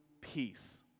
peace